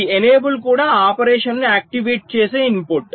ఈ ఎనేబుల్ కూడా ఆపరేషన్ను ఆక్టివేట్ చేసే ఇన్పుట్